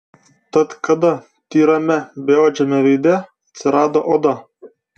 tad kada tyrame beodžiame veide atsirado oda